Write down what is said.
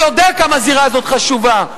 שיודע כמה הזירה הזאת חשובה,